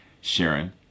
Sharon